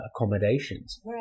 accommodations